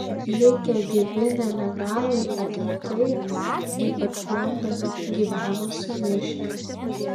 likę gyvi nelegalai agentai ypač londone gyveno sumišę